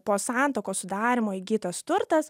po santuokos sudarymo įgytas turtas